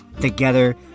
together